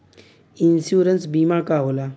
Insurance बीमा का होला?